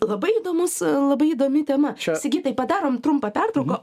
labai įdomus labai įdomi tema sigitai padarom trumpą pertrauką